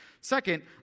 Second